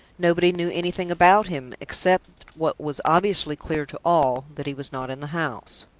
nobody knew anything about him, except what was obviously clear to all that he was not in the house.